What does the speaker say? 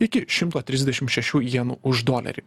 iki šimto trisdešim šešių jenų už dolerį